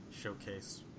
showcase